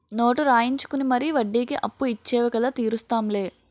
note రాయించుకుని మరీ వడ్డీకి అప్పు ఇచ్చేవు కదా తీరుస్తాం లే